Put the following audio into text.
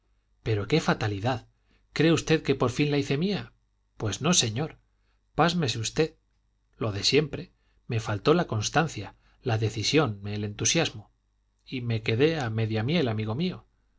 pero qué fatalidad cree usted que por fin la hice mía pues no señor pásmese usted lo de siempre me faltó la constancia la decisión el entusiasmo y me quedé a media miel amigo mío